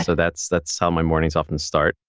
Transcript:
so that's that's how my mornings often start.